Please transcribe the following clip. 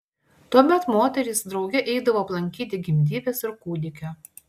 tuomet moterys drauge eidavo aplankyti gimdyvės ir kūdikio